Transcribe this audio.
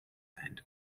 and